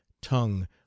tongue